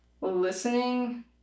listening